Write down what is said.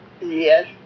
Yes